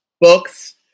Books